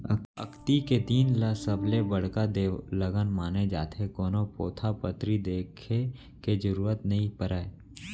अक्ती के दिन ल सबले बड़का देवलगन माने जाथे, कोनो पोथा पतरी देखे के जरूरत नइ परय